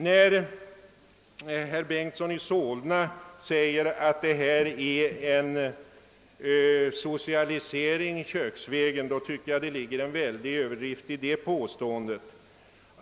När herr Bengtson i Solna säger att förköpsrätten innebär en socialisering köksvägen, tycker jag att det ligger en väldig överdrift i det påståendet.